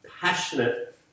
passionate